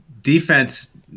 defense